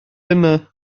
yna